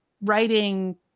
writing